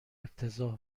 افتضاح